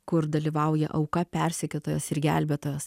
kur dalyvauja auka persekiotojas ir gelbėtojas